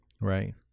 right